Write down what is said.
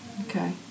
Okay